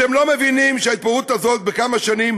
אתם לא מבינים שההתפוררות הזאת בכמה שנים